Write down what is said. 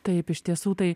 taip iš tiesų tai